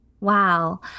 Wow